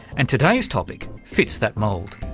and today's topic fits that mould.